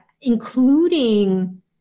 including